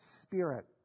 spirit